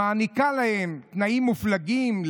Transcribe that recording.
שמעניקה להם תנאים מופלגים,